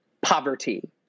poverty